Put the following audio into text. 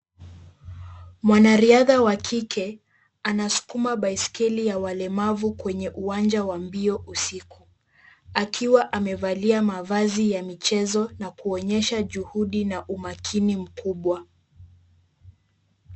Mwanariadha wa kike anaskuma baiskeli ya walemavu kwenye uwanja wa mbio usiku, akiwa amevalia mavazi ya michezo na kuonyesha juhudi na umakini mkubwa.